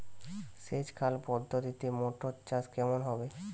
সেচ খাল পদ্ধতিতে মটর চাষ কেমন হবে?